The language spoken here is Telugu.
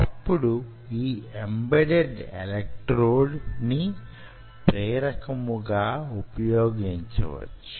అప్పుడు ఈ ఎంబెడెడ్ ఎలక్ట్రోడ్ ని ప్రేరకముగా ఉపయోగించవచ్చు